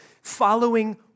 following